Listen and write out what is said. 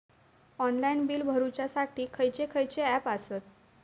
Online bill भरुच्यासाठी खयचे खयचे ऍप आसत?